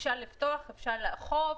אפשר לפתוח, אפשר לאכוף,